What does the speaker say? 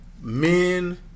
men